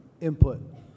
input